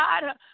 God